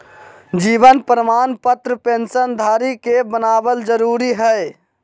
जीवन प्रमाण पत्र पेंशन धरी के बनाबल जरुरी हइ